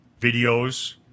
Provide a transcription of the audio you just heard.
videos